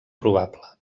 probable